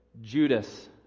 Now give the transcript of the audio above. Judas